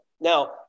Now